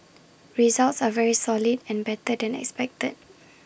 results are very solid and better than expected